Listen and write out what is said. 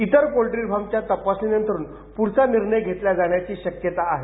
इतर पोल्ट्रीफार्मच्या तपासणीनंतरच पुढचा निर्णय घेतला जाण्याची शक्यता आहे